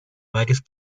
varios